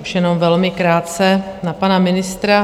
Už jenom velmi krátce na pana ministra.